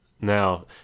now